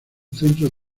centro